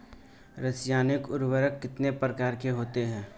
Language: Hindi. रासायनिक उर्वरक कितने प्रकार के होते हैं?